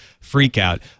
Freakout